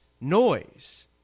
noise